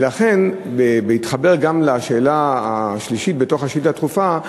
ולכן, גם בהתחבר לשאלה השלישית בשאילתה הדחופה,